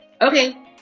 Okay